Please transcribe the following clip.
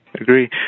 agree